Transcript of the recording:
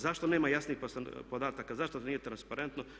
Zašto nema jasnih podataka, zašto nije transparentno?